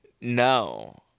no